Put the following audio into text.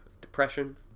depression